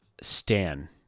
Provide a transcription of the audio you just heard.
stan